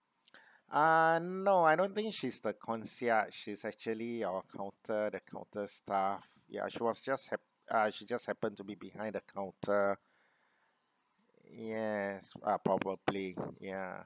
uh no I don't think she's the concierge she's actually your counter the counter staff ya she was just hap~ uh she just happened to be behind the counter yes uh probably yeah